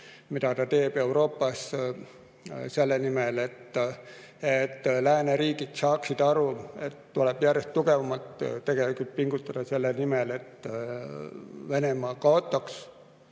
mida ta teeb Euroopas selle nimel, et lääneriigid saaksid aru, et tuleb järjest tugevamalt pingutada selleks, et Venemaa kaotaks